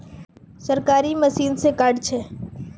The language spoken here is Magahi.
सरकारी मशीन से कार्ड छै?